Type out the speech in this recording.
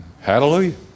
Hallelujah